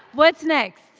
what's next?